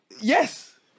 yes